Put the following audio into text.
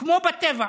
כמו בטבע,